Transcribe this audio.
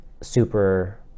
super